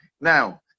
Now